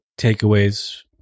takeaways